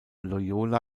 loyola